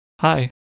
Hi